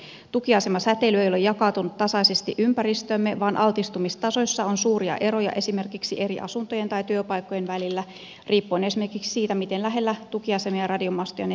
tukiasemasäteily ei ole jakaantunut tasaisesti ympäristöömme vaan altistumistasoissa on suuria eroja esimerkiksi eri asuntojen tai työpaikkojen välillä riippuen esimerkiksi siitä miten lähellä tukiasemia ja radiomastoja ne sijaitsevat